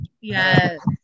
Yes